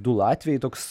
du latviai toks